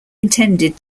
intended